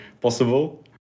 possible